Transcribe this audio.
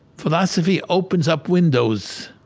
philosophy opens up windows.